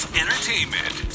entertainment